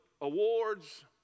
awards